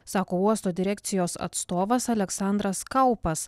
sako uosto direkcijos atstovas aleksandras kaupas